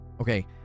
Okay